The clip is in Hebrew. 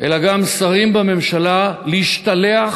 אלא גם שרים בממשלה להשתלח